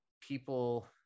people